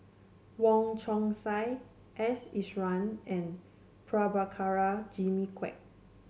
Wong Chong Sai S Iswaran and Prabhakara Jimmy Quek